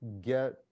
get